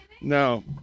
No